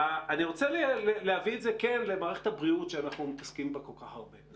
אני רוצה להביא את זה כן למערכת הבריאות שאנחנו מתעסקים בה כל כך הרבה.